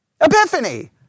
epiphany